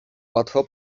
łatwo